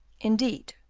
indeed!